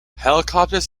helicopters